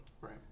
right